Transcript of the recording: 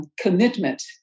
commitment